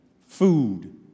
food